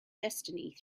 destiny